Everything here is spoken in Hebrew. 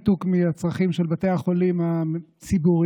ניתוק מהצרכים של בתי החולים הציבוריים,